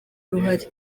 uruhare